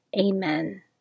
Amen